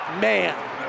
man